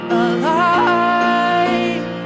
alive